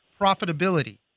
profitability